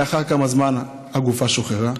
לאחר כמה זמן הגופה שוחררה,